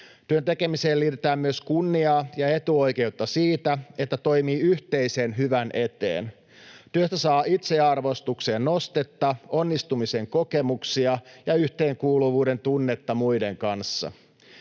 Työn tekemiseen liitetään myös kunniaa ja etuoikeutta siitä, että toimii yhteisen hyvän eteen. Työstä saa itsearvostukseen nostetta, onnistumisen kokemuksia ja yhteenkuuluvuudentunnetta muiden kanssa.